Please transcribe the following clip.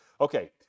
Okay